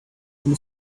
from